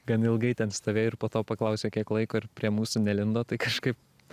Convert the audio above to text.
gan ilgai ten stovėjo ir po to paklausė kiek laiko ir prie mūsų nelindo tai kažkaip